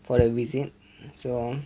for the visit so